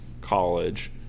college